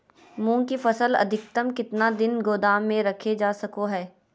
मूंग की फसल अधिकतम कितना दिन गोदाम में रखे जा सको हय?